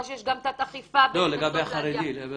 לא, לגבי החרדי.